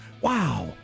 Wow